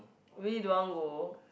really don't want go